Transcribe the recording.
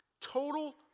Total